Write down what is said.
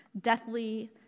deathly